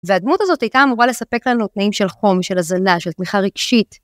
והדמות הזאת הייתה אמורה לספק לנו תנאים של חום, של הזנה, של תמיכה רגשית.